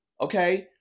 okay